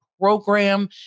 program